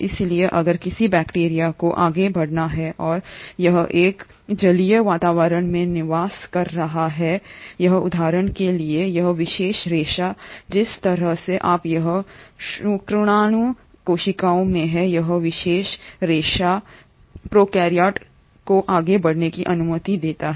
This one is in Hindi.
इसलिए अगर किसी बैक्टीरिया को आगे बढ़ना है और यह एक जलीय वातावरण में निवास कर रहा है उदाहरण के लिए यह विशेष रेशा जिस तरह से आप यह शुक्राणु कोशिकाओं में है यह विशेष रेशा प्रोकार्योट को आगे बढ़ने की अनुमति देता है